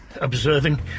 Observing